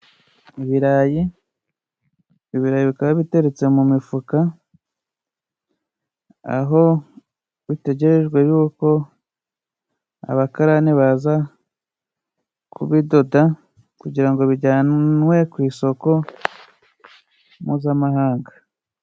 Ibirayi, ibirayi bikaba biterutse mu mifuka aho bitegerejwe yuko abakarani baza kubidoda kugira ngo bijyanwe ku isoko mpuzamahanga.